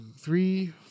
three